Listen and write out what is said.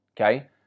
Okay